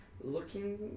looking